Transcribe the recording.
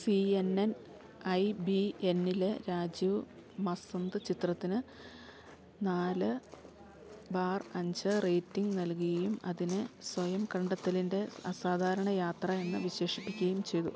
C N N I B എന്നില് രാജീവ് മസന്ദ് ചിത്രത്തിന് നാല് ബാർ അഞ്ച് റേറ്റിംഗ് നൽകുകയും അതിനെ സ്വയം കണ്ടെത്തലിന്റെ അസാധാരണ യാത്ര എന്ന് വിശേഷിപ്പിക്കുകയും ചെയ്തു